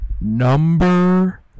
Number